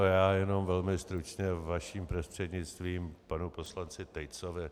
Já jenom velmi stručně vaším prostřednictvím k panu poslanci Tejcovi.